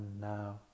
now